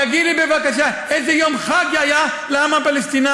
תגיד לי, בבקשה, איזה יום חג היה לעם הפלסטיני?